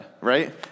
right